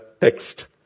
text